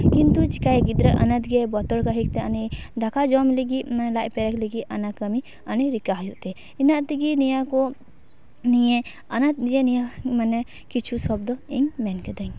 ᱠᱤᱱᱛᱩ ᱪᱤᱠᱟᱹᱭᱟᱭ ᱜᱤᱫᱽᱨᱟᱹ ᱵᱚᱛᱚᱨ ᱠᱟᱛᱮᱜ ᱩᱱᱤ ᱫᱟᱠᱟ ᱡᱚᱢ ᱞᱟᱹᱜᱤᱫ ᱞᱟᱡ ᱯᱮᱨᱮᱡ ᱞᱟᱹᱜᱤᱫ ᱚᱱᱟ ᱠᱟᱹᱢᱤ ᱩᱱᱤ ᱨᱤᱠᱟᱹ ᱦᱩᱭᱩᱜ ᱛᱟᱭᱟ ᱤᱱᱟᱹ ᱛᱮᱜᱮ ᱱᱤᱭᱟᱹ ᱠᱚ ᱱᱤᱭᱮ ᱚᱱᱟᱛᱷ ᱡᱮ ᱢᱟᱱᱮ ᱠᱤᱪᱷᱩ ᱥᱚᱵᱫᱚ ᱤᱧ ᱢᱮᱱ ᱠᱮᱫᱟ